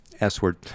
s-word